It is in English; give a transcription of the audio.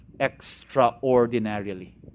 extraordinarily